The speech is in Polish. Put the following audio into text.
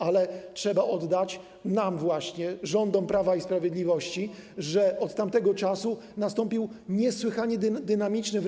Ale trzeba oddać właśnie nam, rządowi Prawa i Sprawiedliwości, że od tamtego czasu nastąpił niesłychanie dynamiczny rozwój.